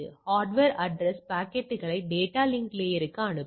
hardware address பாக்கெட்டுகளை data link லேயர்க்கு அனுப்பும்